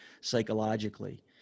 psychologically